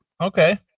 Okay